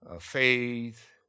faith